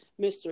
Mr